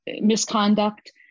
misconduct